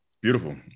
Beautiful